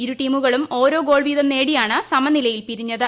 ഇരുടീമുക്കളും ഓരോ ഗോൾവീതം നേടിയാണ് സമനിലയിൽ പിരീഞ്ഞത്